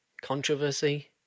Controversy